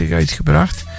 uitgebracht